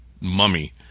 mummy